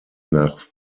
nach